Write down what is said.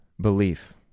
belief